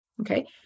Okay